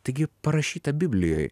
taigi parašyta biblijoj